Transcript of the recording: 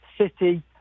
city